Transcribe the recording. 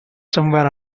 somewhere